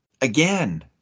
again